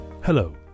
Hello